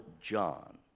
John